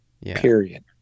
period